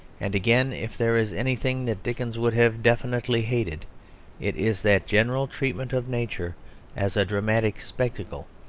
and again, if there is anything that dickens would have definitely hated it is that general treatment of nature as a dramatic spectacle,